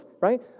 right